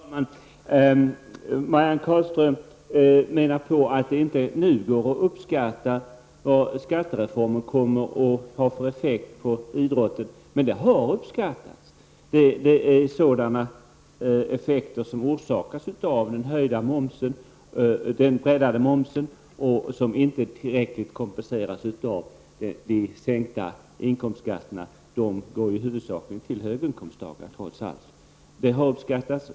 Herr talman! Marianne Carlström menade att det inte nu går att uppskatta vilka effekter skattereformen kommer att få på idrotten. Men det har uppskattats, och det rör sig om sådana effekter som orsakas av den höjda och den utvidgade momsen som inte kompenseras tillräckligt av de sänkta inkomstskatterna, vilka i första hand höginkomsttagarna kommer i åtnjutande av.